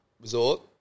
resort